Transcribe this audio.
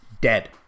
Dead